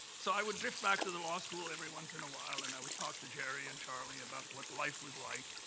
so i would drift back to the law school every once in a while and i would talk to jerry and charlie about what life was like,